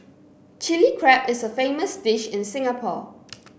Chilli Crab is a famous dish in Singapore